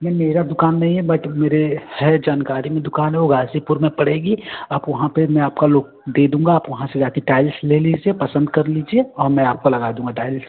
ma'am मेरा दुकान नहीं है बट मेरे है जानकारी में दुकान है वो गाज़ीपुर में पड़ेगी आप वहाँ पर मैं आपका दे दूँगा आप वहाँ से जाके टाइल्स ले लीजिए पसंद कर लीजिए और मैं आपका लगा दूँगा टाइल्स